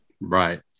right